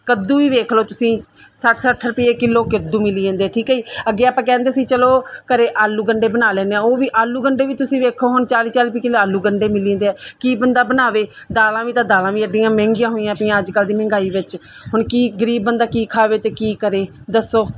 ਕੱਦੂ ਵੀ ਵੇਖ ਲਓ ਤੁਸੀਂ ਸੱਠ ਸੱਠ ਰੁਪਈਏ ਕਿਲੋ ਕੱਦੂ ਮਿਲੀ ਜਾਂਦਾ ਠੀਕ ਹੈ ਜੀ ਅੱਗੇ ਆਪਾਂ ਕਹਿੰਦੇ ਸੀ ਚੱਲੋ ਘਰ ਆਲੂ ਗੰਢੇ ਬਣਾ ਲੈਂਦੇ ਹਾਂ ਉਹ ਵੀ ਆਲੂ ਗੰਢੇ ਵੀ ਤੁਸੀਂ ਵੇਖੋ ਹੁਣ ਚਾਲੀ ਚਾਲੀ ਰੁਪਏ ਕਿਲੋ ਆਲੂ ਗੰਢੇ ਮਿਲੀ ਜਾਂਦੇ ਆ ਕੀ ਬੰਦਾ ਬਣਾਵੇ ਦਾਲਾਂ ਵੀ ਤਾਂ ਦਾਲਾਂ ਵੀ ਐਡੀਆਂ ਮਹਿੰਗੀਆਂ ਹੋਈਆਂ ਪਈਆਂ ਅੱਜ ਕੱਲ੍ਹ ਦੀ ਮਹਿੰਗਾਈ ਵਿੱਚ ਹੁਣ ਕੀ ਗਰੀਬ ਬੰਦਾ ਕੀ ਖਾਵੇ ਅਤੇ ਕੀ ਕਰੇ ਦੱਸੋ